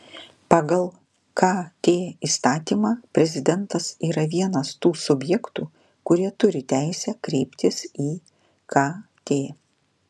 pagal kt įstatymą prezidentas yra vienas tų subjektų kurie turi teisę kreiptis į kt